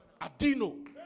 Adino